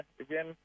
again